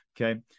Okay